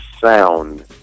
sound